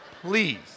Please